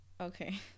okay